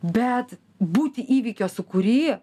bet būti įvykio sūkury